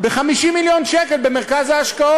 מכיוון שהמדינה לא מתקצבת את התוכנית הזאת.